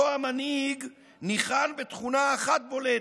אותו המנהיג ניחן בתכונה אחד בולטת: